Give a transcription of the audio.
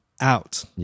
out